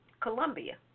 Colombia